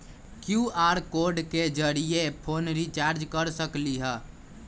QR code के जरिय phone recharge कर सकली ह?